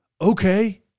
Okay